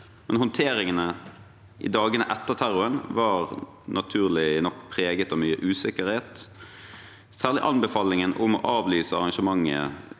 men håndteringen i dagene etter terroren var naturlig nok preget av mye usikkerhet. Særlig anbefalingen om å avlyse arrangementet